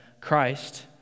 Christ